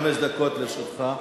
חמש דקות לרשותך.